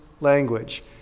language